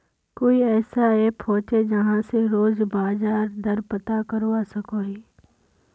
कोई ऐसा ऐप होचे जहा से रोज बाजार दर पता करवा सकोहो ही?